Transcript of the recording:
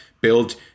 build